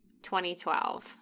2012